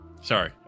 Sorry